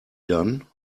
done